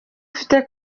mfite